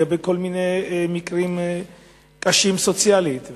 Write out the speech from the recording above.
בכל מיני מקרים קשים מבחינה סוציאלית,